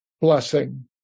blessing